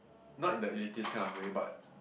not in the elitist kind of way but